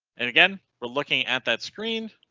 and again, we're looking at that screen.